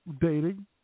dating